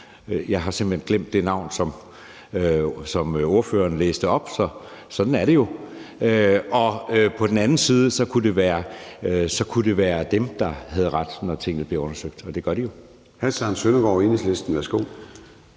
jeg har simpelt hen glemt det navn, som ordføreren læste op; sådan er det jo – og på den anden side kunne det være dem, der havde ret, når tingene bliver undersøgt, og det gør de jo.